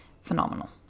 phenomenal